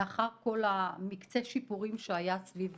לאחר כל מקצה השיפורים שהיה סביב